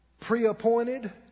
pre-appointed